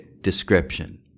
description